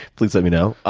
please let me know.